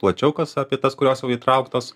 plačiau kas apie tas kurios jau įtrauktos